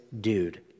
dude